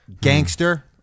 Gangster